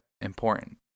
Important